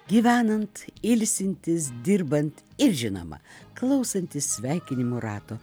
gyvenant ilsintis dirbant ir žinoma klausantis sveikinimų rato